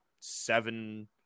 seven